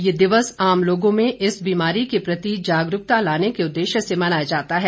ये दिवस आम लोगों में इस बिमारी के प्रति जागरूकता लाने के उद्देश्य से मनाया जाता है